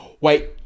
Wait